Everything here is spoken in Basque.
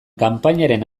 kanpainaren